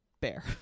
bear